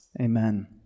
Amen